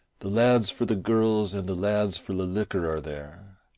the lads for the girls and the lads for the liquor are there,